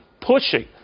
pushing